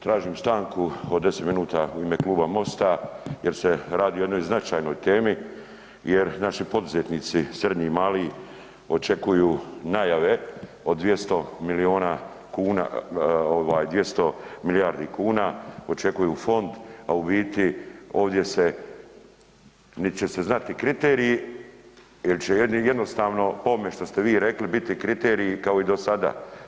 Tražim stanku od 10 minuta u ime Kluba MOST-a jer se radi o jednoj značajnoj temi jer naši poduzetnici srednji i mali očekuju najave od 200 milijuna kuna, ovaj 200 milijardi kuna, očekuju fond, a u biti ovdje se, nit će se znati kriteriji jel će jedni jednostavno po ovome što ste vi rekli biti kriteriji kao i do sada.